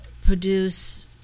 produce